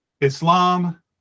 Islam